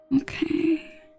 okay